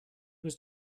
was